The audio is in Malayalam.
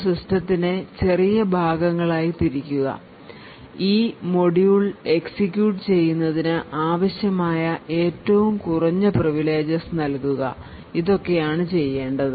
ഒരു സിസ്റ്റത്തിനെ ചെറിയ ഭാഗങ്ങളായി തിരിക്കുക ഈ മൊഡ്യൂളുകൾ എക്സിക്യൂട്ട് ചെയ്യുന്നതിന് ആവശ്യമായ ഏറ്റവും കുറഞ്ഞ privilages നൽകുക ഇതൊക്കെയാണ് ചെയ്യേണ്ടത്